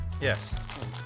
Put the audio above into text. Yes